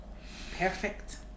Perfect